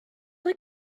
like